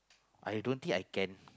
I don't think I can